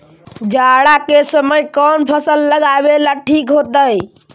जाड़ा के समय कौन फसल लगावेला ठिक होतइ?